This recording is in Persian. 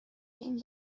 این